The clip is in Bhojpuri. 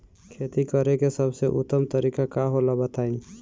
खेती करे के सबसे उत्तम तरीका का होला बताई?